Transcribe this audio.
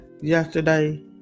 yesterday